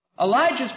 Elijah's